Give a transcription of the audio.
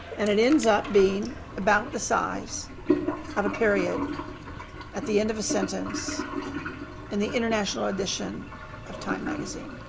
and it ends up being about the size of a period at the end of a sentence in the international edition of time magazine.